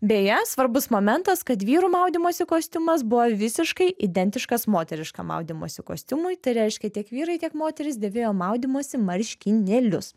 beje svarbus momentas kad vyrų maudymosi kostiumas buvo visiškai identiškas moteriškam maudymosi kostiumui tai reiškia tiek vyrai tiek moterys dėvėjo maudymosi marškinėlius